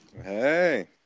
Hey